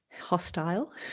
hostile